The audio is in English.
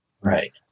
Right